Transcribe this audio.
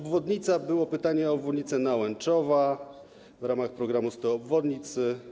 Było pytanie o obwodnicę Nałęczowa w ramach programu 100 obwodnic.